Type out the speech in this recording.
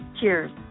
Cheers